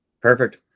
Perfect